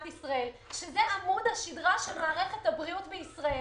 שזה עמוד השדרה של מערכת הבריאות במדינת ישראל.